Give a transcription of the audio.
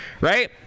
right